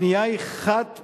הפנייה היא חד-פעמית.